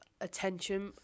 attention